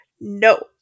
No